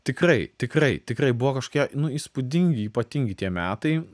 tikrai tikrai tikrai buvo kažkokie nu įspūdingi ypatingi tie metai